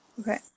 okay